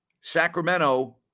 Sacramento